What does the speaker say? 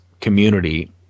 community